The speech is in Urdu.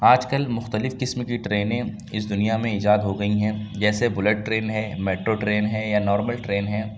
آج کل مختلف قسم کی ٹرینیں اس دنیا میں ایجاد ہو گئی ہیں جیسے بلٹ ٹرین ہے میٹرو ٹرین ہے یا نارمل ٹرین ہے